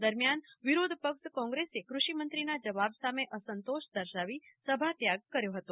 દરમિયાન વિરોધ પક્ષ કોંગ્રેસે કૃષિમંત્રીના જવાબ સામે અસંતોષ દર્શાવી સભાત્યાગ કર્યો હતો